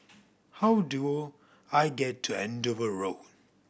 how do I get to Andover Road